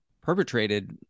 perpetrated